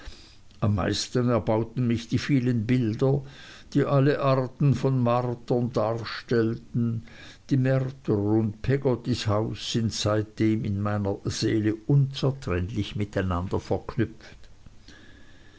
am meisten erbauten mich die vielen bilder die alle arten von martern darstellten die märtyrer und peggottys haus sind seitdem in meiner seele unzertrennlich miteinander verknüpft